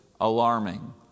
alarming